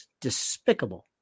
despicable